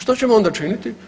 Što ćemo onda činiti?